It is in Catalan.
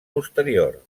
posterior